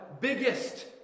Biggest